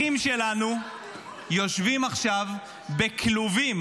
אחים שלנו יושבים עכשיו בכלובים,